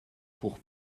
pour